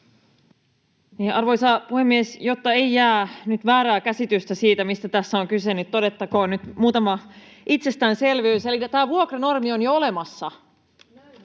Arvoisa puhemies! Jotta ei jää nyt väärää käsitystä siitä, mistä tässä on kyse, niin todettakoon nyt muutama itsestäänselvyys. Elikkä tämä vuokranormi on jo olemassa. Jo